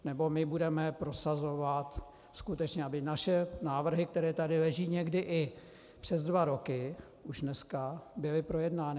Nebo my budeme prosazovat skutečně, aby naše návrhy, které tady leží někdy i přes dva roky, už dneska, byly projednány.